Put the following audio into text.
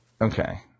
Okay